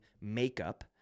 makeup